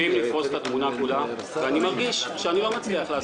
אי-אפשר לעשות ולהתקדם מילימטר בלי אכיפה יעילה,